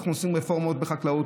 אנחנו עושים רפורמות בחקלאות,